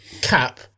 cap